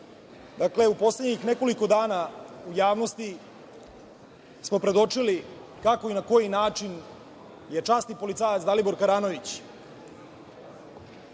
Dakle, u poslednjih nekoliko dana u javnosti smo predočili kako i na koji način je časni policajac Dalibor Karanović